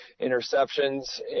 interceptions